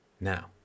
Now